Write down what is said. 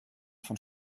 von